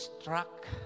struck